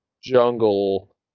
jungle